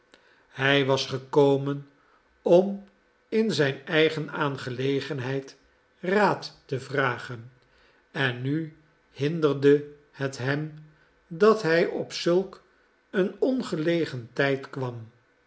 hij was gekomen om in zijn eigen aangelegenheid raad te vragen en nu hinderde het hem dat hij op zulk een ongelegen tijd kwam